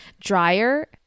dryer